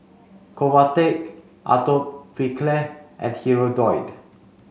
Convatec Atopiclair and Hirudoid